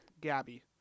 Gabby